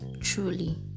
truly